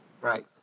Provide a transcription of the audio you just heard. right